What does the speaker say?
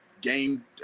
game